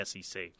SEC